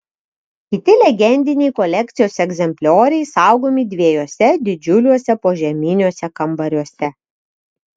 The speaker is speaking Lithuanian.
kiti legendiniai kolekcijos egzemplioriai saugomi dviejuose didžiuliuose požeminiuose kambariuose